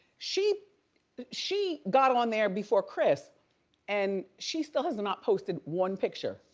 she she got on there before chris and she still has not posted one picture.